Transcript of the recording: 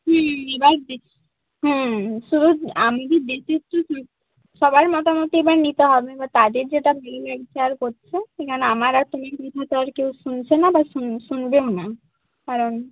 হুম এবার যে হ্যাঁ শুধু আমি কি সবার মতামত এবার নিতে হবে এবার তাদের যেটা করছে সেখানে আমার আর তোমার কেউ শুনছে না বা শুনবেও না কারণ